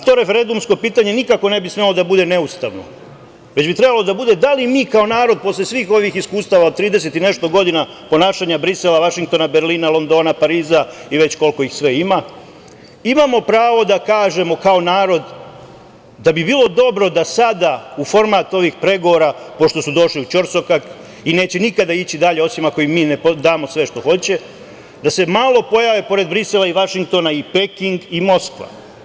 To referendumsko pitanje nikako ne bi smelo da bude neustavno, već bi trebalo da bude da li mi kao narod posle svih ovih iskustava od 30 i nešto godina ponašanja Brisela, Vašingtona, Berlina, Londona, Pariza, i već koliko ih sve ima, imamo pravo da kažemo kao narod da bi bilo dobro da sada u format ovih pregovora, pošto su došli u ćorsokak i neće nikada ići dalje, osim ako im mi ne damo sve što hoće, da se malo pojave pored Brisela i Vašingtona i Peking i Moskva.